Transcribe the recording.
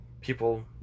people